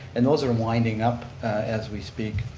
and those are winding up as we speak.